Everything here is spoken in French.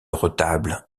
retable